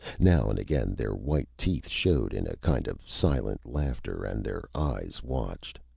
now and again their white teeth showed in a kind of silent laughter, and their eyes watched.